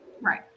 Right